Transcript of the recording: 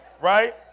Right